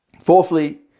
Fourthly